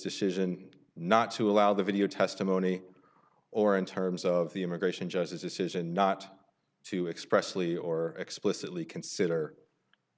decision not to allow the video testimony or in terms of the immigration judge his decision not to express fully or explicitly consider